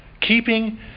keeping